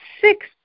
six